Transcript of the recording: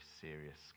serious